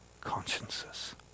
consciences